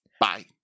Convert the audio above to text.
bye